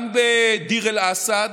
גם בדיר אל-אסד